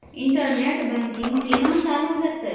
Internet banking केना चालू हेते?